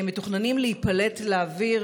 מתוכננים להיפלט לאוויר,